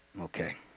Okay